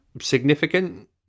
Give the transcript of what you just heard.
significant